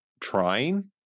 trying